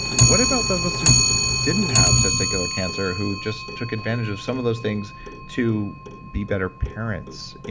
what about those of us who didn't have testicular cancer who just took advantage of some of those things to be better parents,